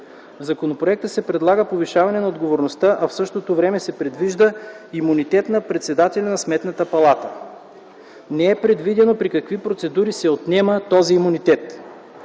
В законопроекта се предлага повишаване на отговорността, а в същото време се предвижда имунитет на председателя на Сметната палата. Не е предвидено при какви процедури се отнема този имунитет.